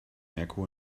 merkur